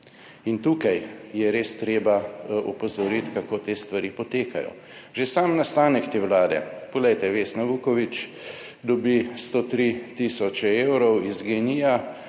In tukaj je res treba opozoriti, kako te stvari potekajo. Že sam nastanek te vlade, poglejte, Vesna Vuković dobi 103 tisoč evrov iz Gen-I,